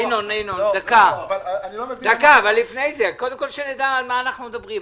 ינון דקה, קודם כל שנדע על מה אנחנו מדברים.